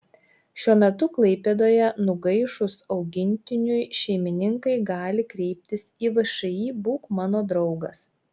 šiuo metu klaipėdoje nugaišus augintiniui šeimininkai gali kreiptis į všį būk mano draugas